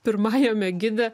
pirmajame gide